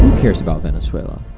cares about venezuela?